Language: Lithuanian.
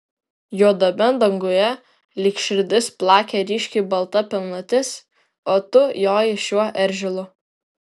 juodame danguje lyg širdis plakė ryškiai balta pilnatis o tu jojai šiuo eržilu